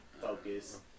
Focus